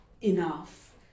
enough